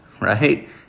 right